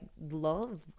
love